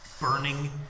burning